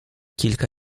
kilka